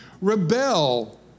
Rebel